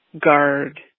guard